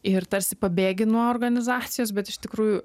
ir tarsi pabėgi nuo organizacijos bet iš tikrųjų